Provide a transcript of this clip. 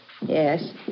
Yes